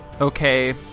Okay